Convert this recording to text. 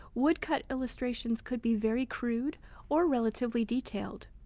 woodcut illustrations could be very crude or relatively detailed.